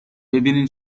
ببینین